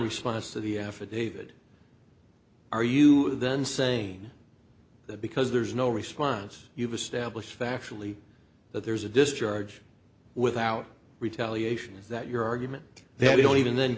response to the affidavit are you then saying that because there's no response you've established factually that there's a discharge without retaliation is that your argument then you don't even then